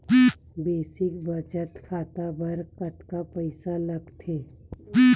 Basic बचत खाता बर कतका पईसा लगथे?